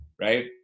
Right